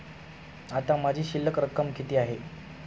आता माझी शिल्लक रक्कम किती आहे?